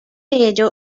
ello